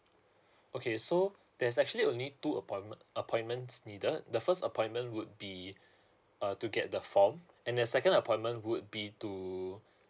okay so there's actually only two appointment appointments needed the first appointment would be uh to get the form and the second appointment would be to